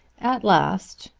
at last,